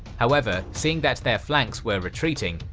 however, seeing that their flanks were retreating,